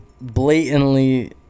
blatantly